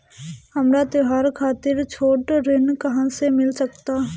हमरा त्योहार खातिर छोट ऋण कहाँ से मिल सकता?